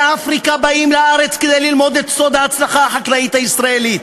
מאפריקה באים לארץ כדי ללמוד את סוד ההצלחה של החקלאות הישראלית,